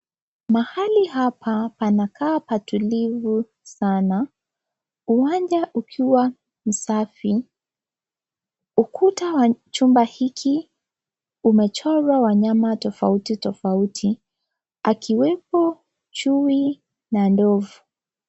Mahali hapa panakaa patulivu sana, uwanja ukiwa msafi , ukuta wa chumba hiki umechorwa wanyama tofauti tofauti akiwepo chui na ndovu .